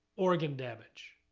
organ damage.